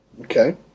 okay